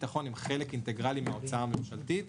ביטחון הם חלק אינטגרלי מההוצאה הממשלתית.